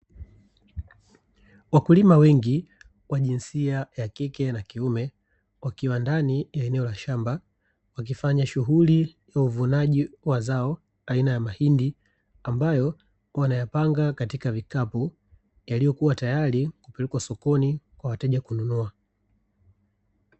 Wakulima wengi wa jinsia ya kike na kiume, wakiwa ndani ya eneo la shamba wakifanya shughuli ya uvunaji wa zao aina ya mahindi, ambayo wanayapanga katika vikapu, yaliyokuwa tayari kupelekwa sokoni kwa wateja kununua.